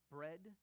Bread